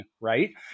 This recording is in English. right